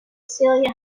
celia